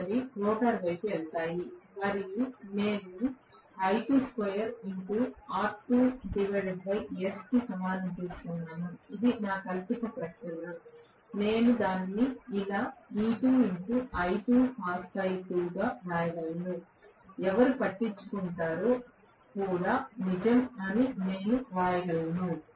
మిగిలినవి రోటర్ వైపు వెళ్తాయి మరియు నేను దానిని కి సమానం చేస్తున్నాను ఇది నా కల్పిత ప్రకటన నేను దానిని ఇలా వ్రాయగలను ఎవరు పట్టించుకుంటారో కూడా నిజం అని నేను వ్రాయగలను